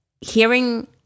Hearing